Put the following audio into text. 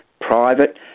private